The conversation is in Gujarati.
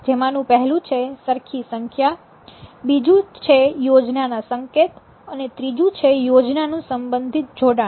જેમાંનું પહેલું છે સરખી સંખ્યા બીજું છે યોજનાના સંકેત અને ત્રીજું છે યોજના નું સંબંધિત જોડાણ